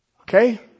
Okay